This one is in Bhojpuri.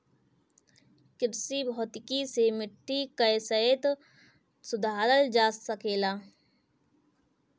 कृषि भौतिकी से मिट्टी कअ सेहत सुधारल जा सकेला